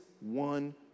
one